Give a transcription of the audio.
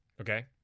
Okay